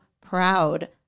proud